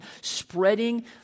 spreading